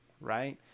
right